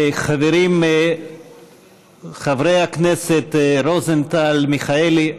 חברים, חברי הכנסת רוזנטל ומיכאלי,